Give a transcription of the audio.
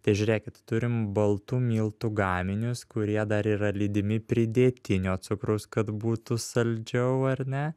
tai žiūrėkit turim baltų miltų gaminius kurie dar yra lydimi pridėtinio cukraus kad būtų saldžiau ar ne